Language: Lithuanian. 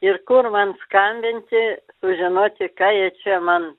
ir kur man skambinti sužinoti ką jie čia man